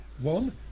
One